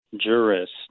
jurist